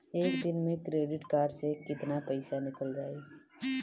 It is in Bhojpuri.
एक दिन मे क्रेडिट कार्ड से कितना पैसा निकल जाई?